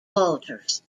voters